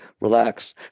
Relax